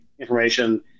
information